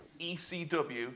ECW